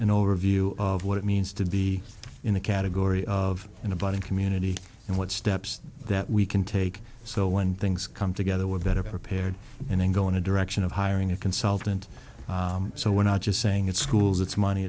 an overview of what it means to be in the category of an abiding community and what steps that we can take so when things come together we're better prepared and then go in a direction of hiring a consultant so we're not just saying it's schools it's money